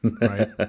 right